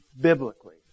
biblically